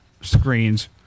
screens